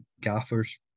gaffers